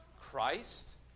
Christ